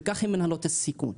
וכך הן מנהלות את הסיכון.